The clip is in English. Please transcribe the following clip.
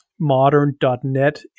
modern.net